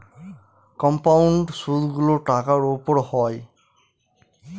compound সুদগুলো টাকার উপর হয়